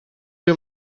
you